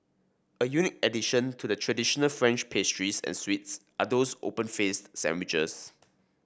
a unique addition to the traditional French pastries and sweets are those open faced sandwiches